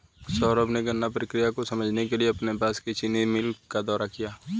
सौरभ ने गन्ना प्रक्रिया को समझने के लिए अपने पास की चीनी मिल का दौरा किया